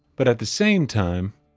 but at the same time,